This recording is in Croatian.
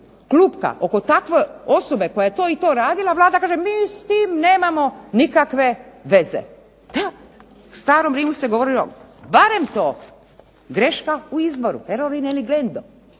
klupka oko takve osobe koja je to i to radila Vlada kaže mi s tim nemamo nikakve veze. Da, u starom Rimu se govorilo barem to greška u izboru "error in engrendo",